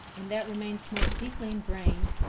and that remains most deeply ingrained,